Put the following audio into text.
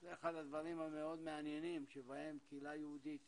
זה אחד הדברים המאוד מעניינים שבהם קהילה יהודית